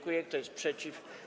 Kto jest przeciw?